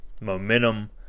momentum